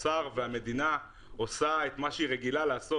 משרד האוצר והמדינה עושים את מה שהם רגילים לעשות,